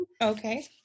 Okay